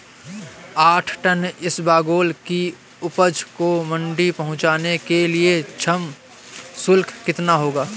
आठ टन इसबगोल की उपज को मंडी पहुंचाने के लिए श्रम शुल्क कितना होगा?